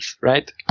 right